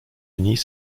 unis